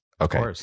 Okay